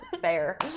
fair